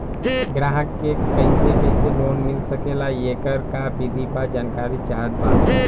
ग्राहक के कैसे कैसे लोन मिल सकेला येकर का विधि बा जानकारी चाहत बा?